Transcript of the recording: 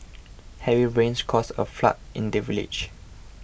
heavy rains caused a flood in the village